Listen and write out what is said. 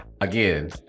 Again